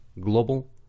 global